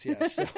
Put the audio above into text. Yes